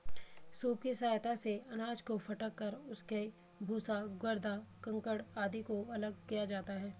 soup की सहायता से अनाज को फटक कर उसके भूसा, गर्दा, कंकड़ आदि को अलग किया जाता है